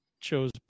chose